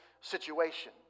situation